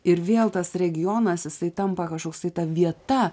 ir vėl tas regionas jisai tampa kažkoks tai ta vieta